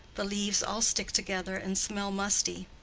the leaves all stick together and smell musty.